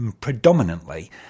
predominantly